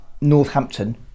northampton